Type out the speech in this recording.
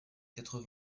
quatre